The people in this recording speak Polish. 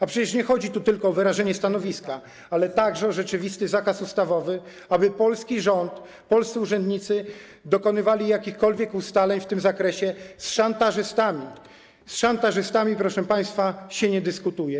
A przecież nie chodzi tu tylko o wyrażenie stanowiska, ale także o rzeczywisty zakaz ustawowy, chodzi o to, aby polski rząd nie dokonywał, aby polscy urzędnicy nie dokonywali jakichkolwiek ustaleń w tym zakresie z szantażystami; z szantażystami, proszę państwa, się nie dyskutuje.